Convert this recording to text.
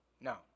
No